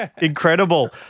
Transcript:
incredible